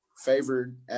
favored